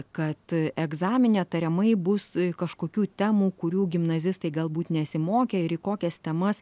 kad egzamine tariamai bus kažkokių temų kurių gimnazistai galbūt nesimokė ir į kokias temas